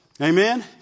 Amen